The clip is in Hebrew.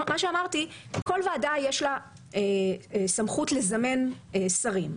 מה שאמרתי, לכל ועדה יש סמכות לזמן שרים.